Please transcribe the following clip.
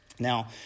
Now